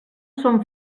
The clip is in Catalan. són